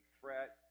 fret